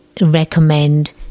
recommend